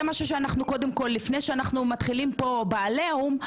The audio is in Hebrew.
זה משהו לפני שאנחנו מתחילים פה ב"עליהום",